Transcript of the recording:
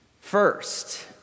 first